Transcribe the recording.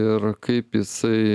ir kaip jisai